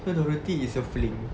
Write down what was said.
so dorothy is a fling